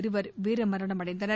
இருவர் வீரமரணமடைந்தன்